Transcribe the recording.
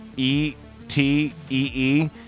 E-T-E-E